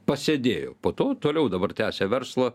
pasėdėjo po to toliau dabar tęsia verslą